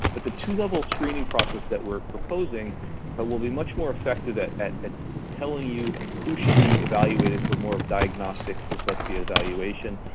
but the two-level screening process that we're proposing that will be much more effective at at telling you who should be evaluated for more diagnostic dyslexia evaluation,